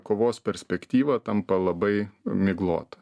kovos perspektyva tampa labai miglota